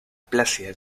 plácida